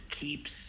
keeps